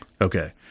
Okay